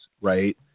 right